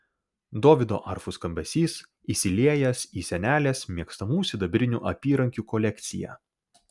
dovydo arfų skambesys įsiliejęs į senelės mėgstamų sidabrinių apyrankių kolekciją